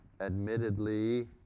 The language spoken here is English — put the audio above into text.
admittedly